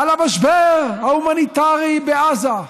על המשבר ההומניטרי בעזה.